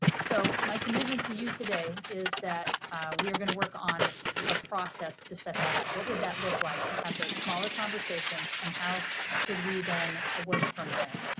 so my commitment to you today is that we are gonna work on a process to set that up. what would that look like to have those smaller conversations and how could we then ah work from there?